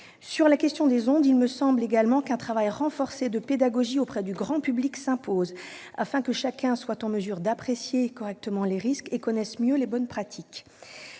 Sur cette question des ondes, il me semble également qu'un travail renforcé de pédagogie auprès du grand public s'impose, afin que chacun soit en mesure d'apprécier correctement les risques et connaisse mieux les bonnes pratiques.